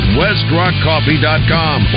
westrockcoffee.com